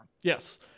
Yes